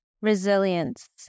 resilience